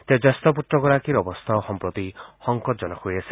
তেওঁৰ জ্যেষ্ঠ পুত্ৰগৰাকীৰ অৱস্থাও সম্প্ৰতি সংকটজনক হৈ আছে